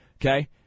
Okay